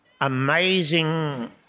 amazing